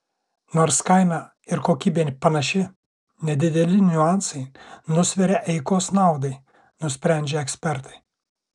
nors kaina ir kokybė panaši nedideli niuansai nusveria eikos naudai nusprendžia ekspertai